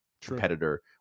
competitor